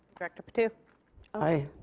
director patu aye.